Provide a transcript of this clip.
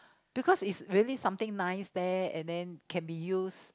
because it is really something nice there and then can be used